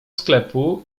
sklepu